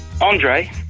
Andre